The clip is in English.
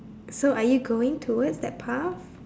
so are you going towards that path